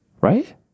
right